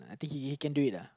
think he can do it